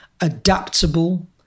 adaptable